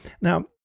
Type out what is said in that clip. Now